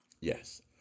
Yes